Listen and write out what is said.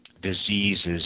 diseases